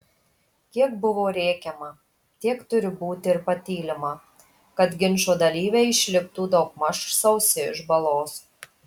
kiek buvo rėkiama tiek turi būti ir patylima kad ginčo dalyviai išliptų daugmaž sausi iš balos